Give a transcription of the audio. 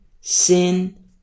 sin